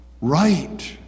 Right